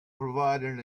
provided